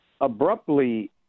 abruptly